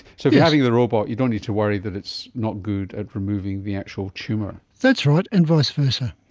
so having the robot, you don't need to worry that it's not good at removing the actual tumour. that's right, and vice versa.